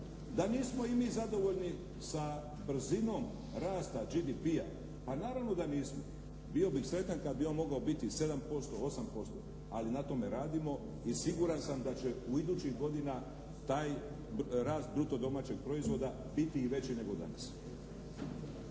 Da nismo i mi zadovoljni sa brzinom rasta GDP-a, pa naravno da nismo, bio bih sretan kada bi on mogao biti 7%, 8%, ali na tome radimo i siguran sam da će u idućih godina taj rast bruto domaćeg proizvoda biti i veći nego danas.